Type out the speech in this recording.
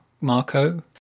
Marco